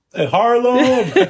Harlem